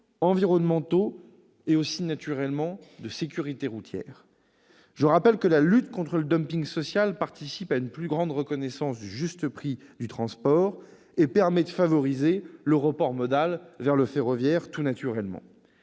environnementaux et, naturellement, de sécurité routière. Je rappelle que la lutte contre le social participe d'une plus grande reconnaissance du juste prix du transport et permet de favoriser le report modal vers le ferroviaire. Second